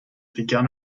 begun